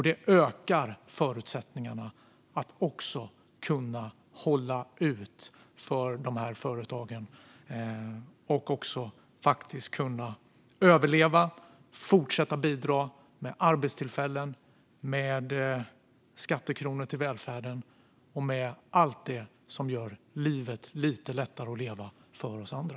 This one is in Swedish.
Det ökar förutsättningarna att kunna hålla ut för de här företagen och för att överleva och fortsätta att bidra med arbetstillfällen, med skattekronor till välfärden och med allt det som gör livet lite lättare att leva för oss andra.